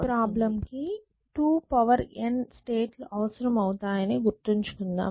ఈ ప్రాబ్లెమ్ కి 2n state లు అవసరం అవుతాయని గుర్తుంచుకుందాం